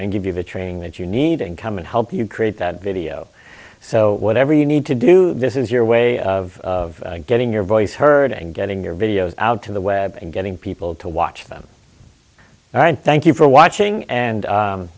and give you the training that you need to come and help you create that video so whatever you need to do this is your way of getting your voice heard and getting your videos out to the web and getting people to watch them all right thank you for watching and